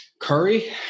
Curry